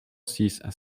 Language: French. six